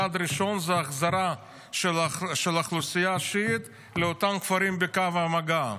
צעד ראשון זה החזרה של האוכלוסייה השיעית לאותם כפרים בקו המגע.